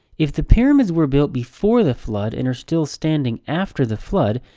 if the pyramids were built before the flood, and are still standing after the flood,